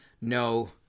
No